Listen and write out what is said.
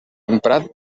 emprat